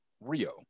Rio